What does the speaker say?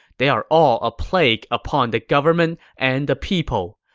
they are all a plague upon the government and the people.